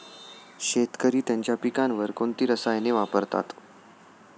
शेतकरी त्यांच्या पिकांवर कोणती रसायने वापरतात?